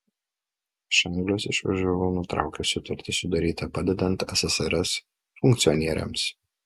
iš anglijos išvažiavau nutraukęs sutartį sudarytą padedant ssrs funkcionieriams